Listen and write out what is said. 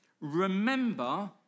remember